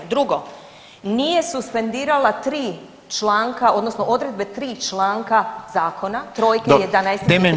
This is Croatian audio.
Drugo nije suspendirala 3 članka odnosno odredbe 3 članka zakona, t 3., 11. i